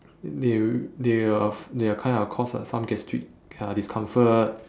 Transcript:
they w~ they will they will kind of cause like some gastric uh discomfort